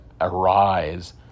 arise